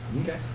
Okay